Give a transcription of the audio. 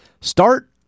Start